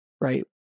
right